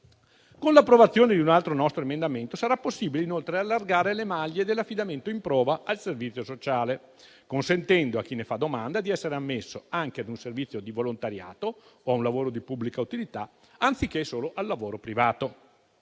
Con l'approvazione di un altro nostro emendamento sarà possibile inoltre allargare le maglie dell'affidamento in prova al servizio sociale, consentendo a chi ne fa domanda di essere ammesso anche ad un servizio di volontariato o a un lavoro di pubblica utilità anziché solo al lavoro privato.